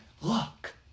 Look